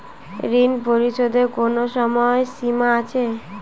ঋণ পরিশোধের কোনো সময় সীমা আছে?